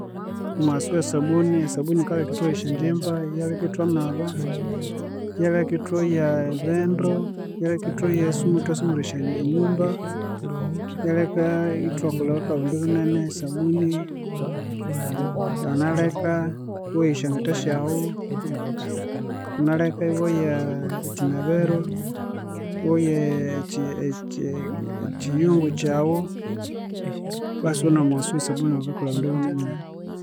Omuwasu wesabuni, esabuni yikalheka ithwoya esyangyimba, iyalheka ithwanaba, iyalheka ithoya ebindu, iyalheka ithoya ithwa sumura enyumba, iyalyeka ithwakolha kwebindu binene esabununi, yanganalheka iwoya esyangetha syawu, yanganalheka iwoya ekyinabiro, iwoya ekyi ekyiyungu kyawu, basi wanomuwasu wesabuni akakolha ebindu binene